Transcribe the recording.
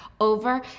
over